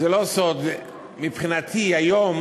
זה לא סוד, מבחינתי היום